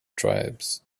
tribes